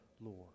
Lord